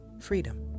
freedom